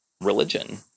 religion